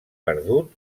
perdut